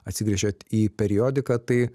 atsigręžėt į periodiką tai